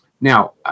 Now